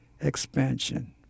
Expansion